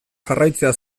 jarraitzea